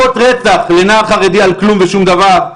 מכות רצח לנער חרדי על כלום ושום דבר.